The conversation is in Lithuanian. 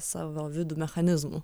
savo vidų mechanizmu